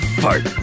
fart